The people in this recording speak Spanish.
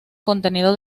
contenido